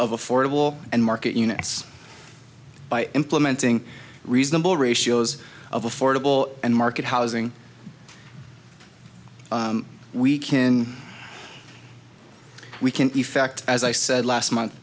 of affordable and market units by implementing reasonable ratios of affordable and market housing we can we can effect as i said last month